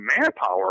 manpower